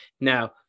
Now